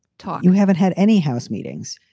talk. you haven't had any house meetings.